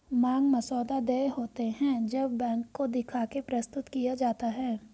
मांग मसौदा देय होते हैं जब बैंक को दिखा के प्रस्तुत किया जाता है